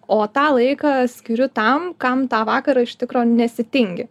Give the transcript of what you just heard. o tą laiką skiriu tam kam tą vakarą iš tikro nesitingi